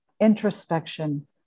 introspection